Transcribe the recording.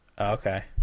Okay